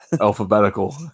Alphabetical